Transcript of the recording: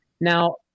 now